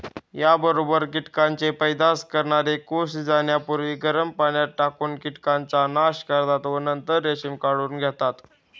याबरोबर कीटकांचे पैदास करणारे कोष जाण्यापूर्वी गरम पाण्यात टाकून कीटकांचा नाश करतात व नंतर रेशीम काढून घेतात